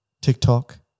TikTok